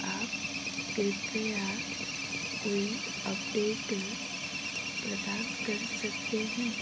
आप कृप्या कोई अपडेट प्रदान कर सकते हैं